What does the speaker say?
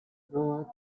route